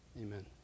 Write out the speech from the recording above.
Amen